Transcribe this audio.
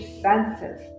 senses